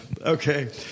Okay